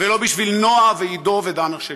ולא בשביל נועה ועידו ודנה שלי,